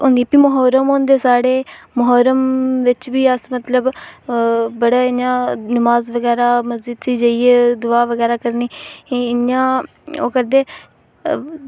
भी महोरम होंदे साढ़े महोरम महोरम बेच बी अस मतलब आ बड़ा इयां नमाज बगैरा मस्जिद च जाइयै दुआ बगैरा करनी इयां ओह् करदे आ